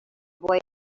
boy